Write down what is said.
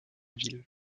ville